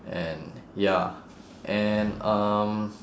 and ya and um